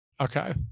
Okay